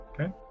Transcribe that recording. Okay